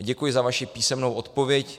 Děkuji za vaši písemnou odpověď.